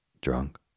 Drunk